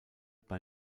bei